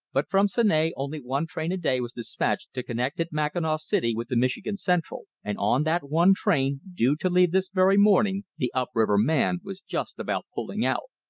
but from seney only one train a day was despatched to connect at mackinaw city with the michigan central, and on that one train, due to leave this very morning, the up-river man was just about pulling out.